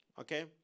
Okay